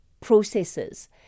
processes